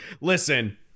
listen